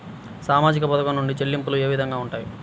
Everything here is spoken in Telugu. సామాజిక పథకం నుండి చెల్లింపులు ఏ విధంగా ఉంటాయి?